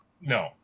No